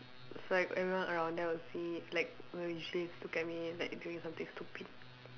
it's like everyone around there will see me like will usually look at me like doing something stupid